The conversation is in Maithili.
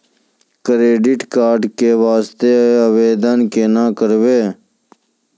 क्रेडिट कार्ड के वास्ते आवेदन केना करबै?